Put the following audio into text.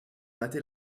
mater